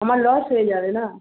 আমার লস হয়ে যাবে না